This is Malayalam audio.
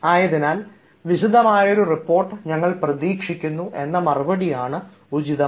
ആയതിനാൽ വിശദമായ ഒരു റിപ്പോർട്ട് ഞങ്ങൾ പ്രതീക്ഷിക്കുന്നു എന്ന മറുപടിയാണ് ഉചിതം